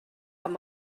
com